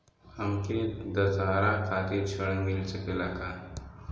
हमके दशहारा खातिर ऋण मिल सकेला का?